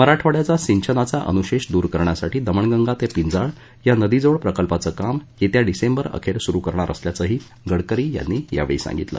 मराठवाड्याचा सिंचनाचा अनुशेष दुर करण्यासाठी दमण गंगा ते पिंजाळ या नदीजोड प्रकल्पाचं काम येत्या डिसेंबर अखेर सुरू करणार असल्याचंही गडकरी यांनी यावेळी सांगितलं